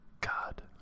God